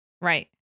Right